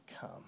come